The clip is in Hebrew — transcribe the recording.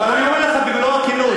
מכיר בתנאי הקוורטט?